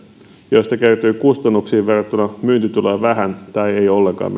joista metsänomistajalle kertyy kustannuksiin verrattuna myyntituloja vähän tai ei ollenkaan